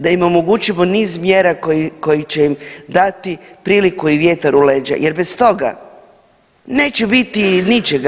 Da im omogućimo niz mjera koje će im dati priliku i vjetar u leđa jer bez toga neće biti ničega.